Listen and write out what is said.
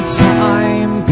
time